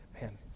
man